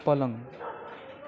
पलङ